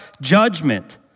judgment